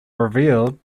revealed